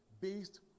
based